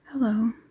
Hello